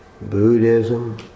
Buddhism